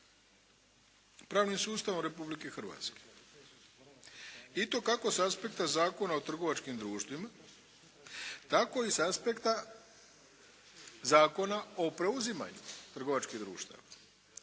pravnim sustavom Republike Hrvatske i to kako sa aspekta Zakona o trgovačkim društvima tako i sa aspekta Zakona o preuzimanju trgovačkih društava.